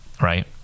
right